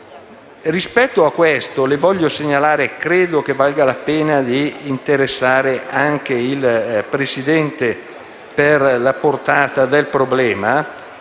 difficoltà - e credo che valga la pena di interessare anche il Presidente per la portata del problema